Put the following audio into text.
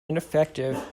ineffective